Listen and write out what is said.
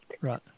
Right